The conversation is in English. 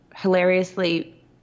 Hilariously